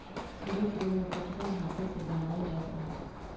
सुरु सुरु में पटसन हाथे से बनावल जात रहल